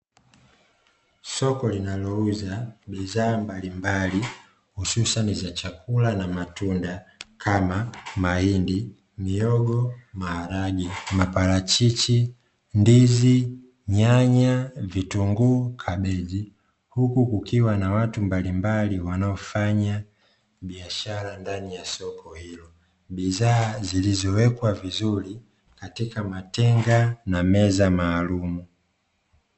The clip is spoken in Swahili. Soko linalouza bidhaa mbalimbali hususani za chakula na matunda kama mahindi , mihogo, maharage , maparachichi , ndizi, Nyanya vitunguu, kabeji. Huku kukiwa na watu mbalimbali wanaofanya biashara ndani ya soko hilo. Bidhaa zilizowekwa vizuri katika matenga na meza maalum.